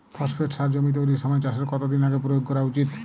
Phosphate সার জমি তৈরির সময় চাষের কত দিন আগে প্রয়োগ করা উচিৎ?